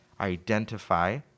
identify